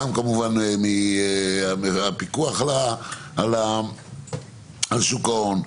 גם כמובן מהפיקוח על שוק ההון,